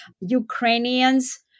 Ukrainians